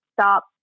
stop